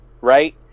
right